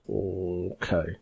Okay